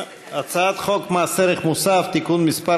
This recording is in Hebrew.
מס ערך מוסף (תיקון מס'